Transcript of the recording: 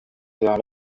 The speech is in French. vers